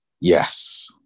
Yes